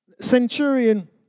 Centurion